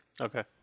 Okay